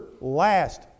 last